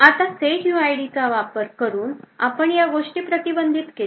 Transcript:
आता setuid चा वापर करून आपण ह्या गोष्टी प्रतिबंधित केल्या